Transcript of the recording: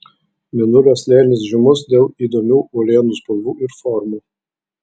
mėnulio slėnis žymus dėl įdomių uolienų spalvų ir formų